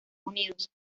unidos